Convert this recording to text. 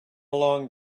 long